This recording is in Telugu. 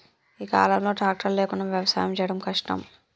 ఈ కాలం లో ట్రాక్టర్ లేకుండా వ్యవసాయం చేయడం కష్టం